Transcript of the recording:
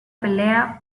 pelea